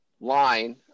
line